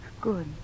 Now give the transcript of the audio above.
Good